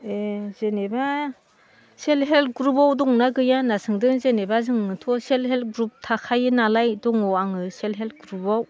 जेनेबा self help ग्रुपाव दंना गैया होनना सोंदों जेनेबा जोंथ' सेल्फ हेल्प ग्रुप थाखायो नालाय दङ आङो सेल्फ हेल्प ग्रुपाव